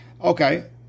Okay